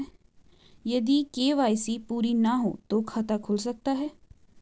यदि के.वाई.सी पूरी ना हो तो खाता खुल सकता है?